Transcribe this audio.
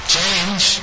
Change